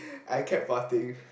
I kept farting